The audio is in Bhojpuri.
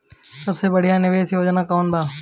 सबसे बढ़िया निवेश योजना कौन बा?